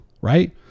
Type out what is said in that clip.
right